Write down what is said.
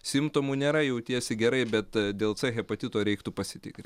simptomų nėra jautiesi gerai bet dėl c hepatito reiktų pasitikrin